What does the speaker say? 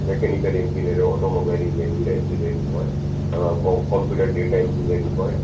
mechanical engineer automobile એન્જ engineering હોય કમ્પ્યુ કોમ્પ્યુટર ડેટા એન્જીનિયરીંગ હોય